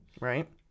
right